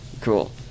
Cool